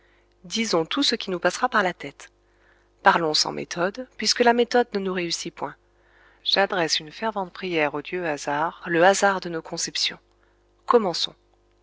disons tout ce qui nous passera par la tête parlons sans méthode puisque la méthode ne nous réussit point j'adresse une fervente prière au dieu hasard le hasard de nos conceptions commençons